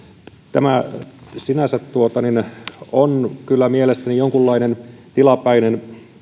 tämä sinänsä on kyllä mielestäni jollain lailla tilapäinen